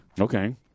Okay